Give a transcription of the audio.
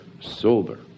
sober